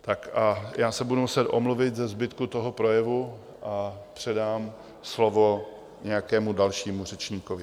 Tak a já se budu muset omluvit ze zbytku toho projevu a předám slovo nějakému dalšímu řečníkovi.